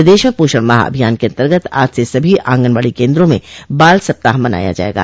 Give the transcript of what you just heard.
प्रदेश में पोषण माह अभियान के अंतर्गत आज से सभी आंगनवाड़ी केन्द्रों में बाल सप्ताह मनाया जाएगा